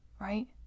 right